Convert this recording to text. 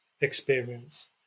experience